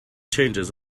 changes